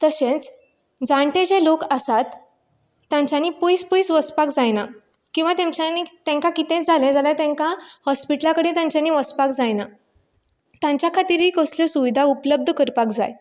तशेंच जाण्टे जे लोक आसात तांच्यांनी पयस पयस वसपाक जायना किंवां तेंच्यानी तेंका कितेंय जालें जाल्यार तेंका होस्पिटला कडेन तेंच्यानी वसपाक जायना तांच्या खातीरय असल्यो सुविधा उपलब्द करपाक जाय